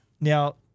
now